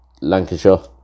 Lancashire